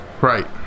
Right